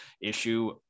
issue